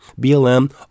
BLM